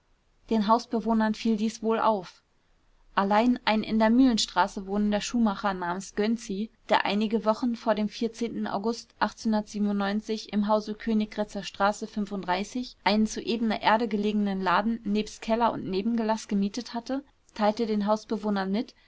den hausbewohnern fiel dies wohl auf allein ein in der mühlenstraße wohnender schuhmacher namens gönczi der einige wochen vor dem august im hause königgrätzer straße einen zu ebener erde gelegenen laden nebst keller und nebengelaß gemietet hatte teilte den hausbewohnern mit